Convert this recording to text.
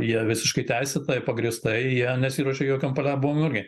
jie visiškai teisėtai ir pagrįstai jie nesiruošia jokiom paliaubom irgi